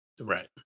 Right